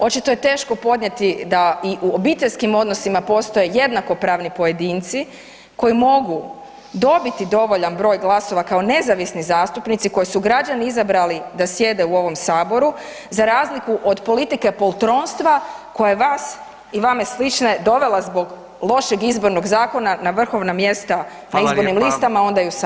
Očito je teško podnijeti da i u obiteljskim odnosima postoje jednakopravni pojedinci koji mogu dobiti dovoljan broj glasova kao nezavisni zastupnici koje su građani izabrali da sjede u ovom saboru za razliku od politike poltronstva koja je vas i vama slične dovela zbog lošeg izbornog zakona na vrhovna mjesta na izbornim listama [[Upadica: Hvala, hvala lijepa.]] a onda i u sabor.